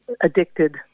addicted